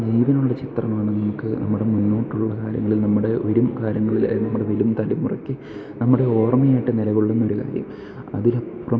ജീവനുള്ള ചിത്രമാണ് നമുക്ക് നമ്മുടെ മുന്നോട്ടുള്ള കാര്യങ്ങളിൽ നമ്മുടെ വരും കാലങ്ങളിൽ അല്ലെങ്കിൽ നമ്മുടെ വരും തലമുറയ്ക്ക് നമ്മുടെ ഓർമ്മയായിട്ട് നിലകൊള്ളുന്ന ഒരു കാര്യം അതിലപ്പുറം